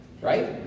right